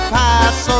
pass